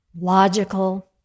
logical